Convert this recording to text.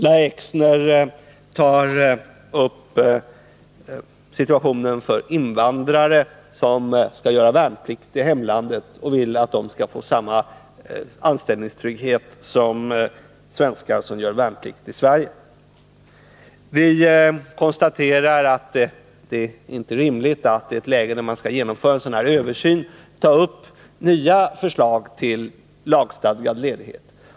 Lahja Exner tar i sin motion upp frågan om situationen för invandrare som skall göra värnplikt i hemlandet och vill att de skall få samma anställningstrygghet som svenskar har som gör värnplikstjänstgöring i Sverige. Vi konstaterar att det inte är rimligt att i ett läge när en sådan här översyn skall genomföras ta upp nya förslag till lagstadgad ledighet.